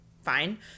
fine